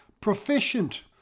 proficient